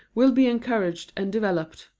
will be encouraged and developed,